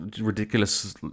ridiculous